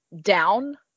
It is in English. down